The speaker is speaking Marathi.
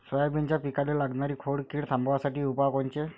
सोयाबीनच्या पिकाले लागनारी खोड किड थांबवासाठी उपाय कोनचे?